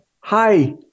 Hi